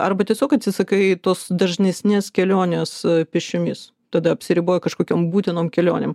arba tiesiog atsisakai tos dažnesnės kelionės pėsčiomis tada apsiriboji kažkokiom būtinom kelionėm